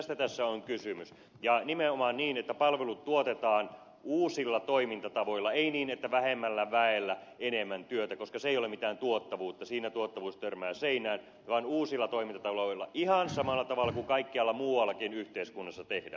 tästä tässä on kysymys ja nimenomaan niin että palvelut tuotetaan uusilla toimintatavoilla ei niin että vähemmällä väellä enemmän työtä koska se ei ole mitään tuottavuutta siinä tuottavuus törmää seinään vaan uusilla toimintatavoilla ihan samalla tavalla kuin kaikkialla muuallakin yhteiskunnassa tehdään